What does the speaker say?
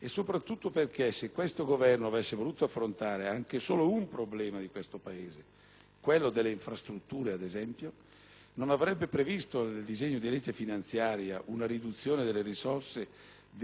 (quello delle infrastrutture, ad esempio) non avrebbe previsto nel disegno di legge finanziaria una riduzione delle risorse destinate nel 2009 alle infrastrutture inferiore del 14 per cento rispetto